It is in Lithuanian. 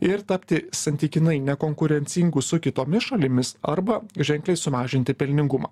ir tapti santykinai nekonkurencingų su kitomis šalimis arba ženkliai sumažinti pelningumą